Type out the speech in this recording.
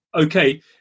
okay